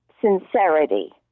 Sincerity